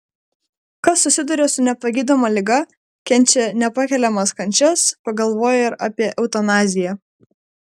kas susiduria su nepagydoma liga kenčia nepakeliamas kančias pagalvoja ir apie eutanaziją